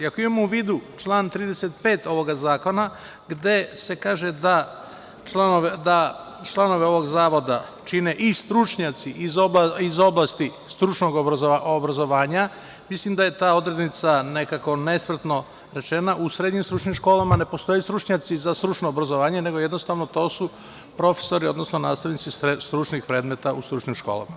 Ako imamo u vidu član 35. ovog zakona, gde se kaže da članove ovog zakona čine i stručnjaci iz oblasti stručnog obrazovanja, mislim da je ta odrednica, nekako nespretno rečena, u srednjim stručnim školama ne postoje stručnjaci za stručno obrazovanje, jednostavno, to su profesori, odnosno nastavnici stručnih predmeta u stručnim školama.